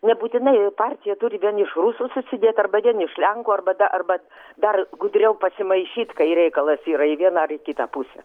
nebūtinai partija turi vien iš rusų susidėt arba vien iš lenkų arba ta arba dar gudriau pasimaišyt kai reikalas yra į vieną ar į kitą pusę